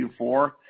Q4